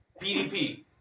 PDP